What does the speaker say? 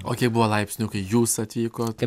o kiek buvo laipsnių kai jūs atvykot